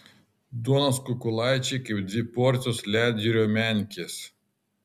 duonos kukulaičiai kaip dvi porcijos ledjūrio menkės